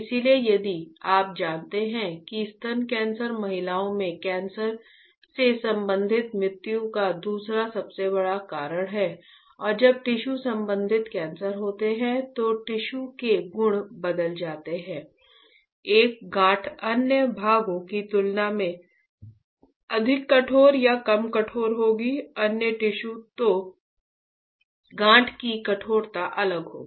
इसलिए यदि आप जानते हैं कि स्तन कैंसर महिलाओं में कैंसर से संबंधित मृत्यु का दूसरा सबसे बड़ा कारण है और जब टिश्यू संबंधी कैंसर होता है तो टिश्यू के गुण बदल जाते हैं एक गांठ अन्य भागों की तुलना में अधिक कठोर या कम कठोर होगी अन्य टिश्यू तो गांठ की कठोरता अलग होगी